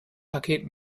paket